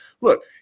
look